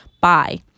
bye